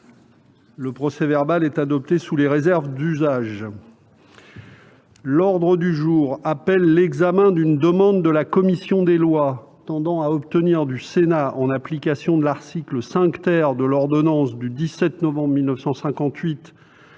Le procès-verbal est adopté sous les réserves d'usage. L'ordre du jour appelle l'examen d'une demande de la commission des lois tendant à obtenir du Sénat, en application de l'article 5 de l'ordonnance n° 58-1100 du 17 novembre 1958